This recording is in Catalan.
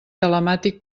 telemàtic